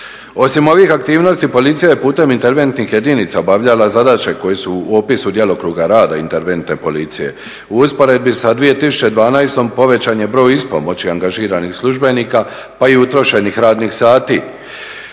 Osim ovih aktivnosti policija je putem interventnih jedinica obavljala zadaće koje su u opisu djelokruga rada interventne policije. U usporedbi sa 2012. povećan je broj ispomoći angažiranih službenika pa i utrošenih radnih sati.